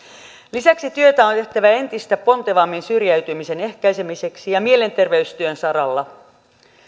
lisäksi työtä on tehtävä entistä pontevammin syrjäytymisen ehkäisemiseksi ja mielenterveystyön saralla